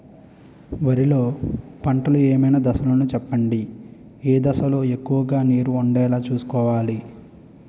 వరిలో పంటలు ఏమైన దశ లను చెప్పండి? ఏ దశ లొ ఎక్కువుగా నీరు వుండేలా చుస్కోవలి?